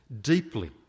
deeply